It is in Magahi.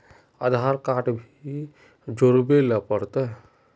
आधार कार्ड भी जोरबे ले पड़ते?